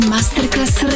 Masterclass